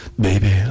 baby